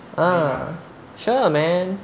!huh! sure man